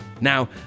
Now